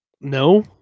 no